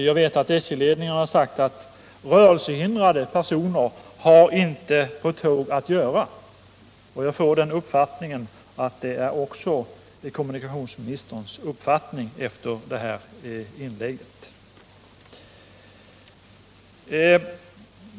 Jag vet att SJ-ledningen har sagt att rörelsehindrade personer inte har på tåg att göra, och efter herr Turessons inlägg får jag den uppfattningen att det också är kommunikationsministerns mening.